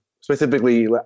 specifically